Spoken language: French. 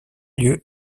lieu